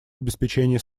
обеспечение